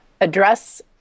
address